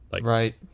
Right